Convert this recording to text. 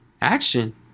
action